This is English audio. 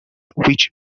which